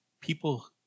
people